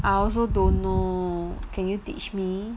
I also don't know can you teach me